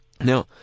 Now